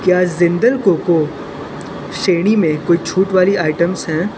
क्या जिंदल कोको श्रेणी में कोई छूट वाली आइटम्स हैं